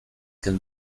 can